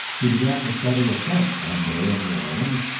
he began the study of french one day in new orleans,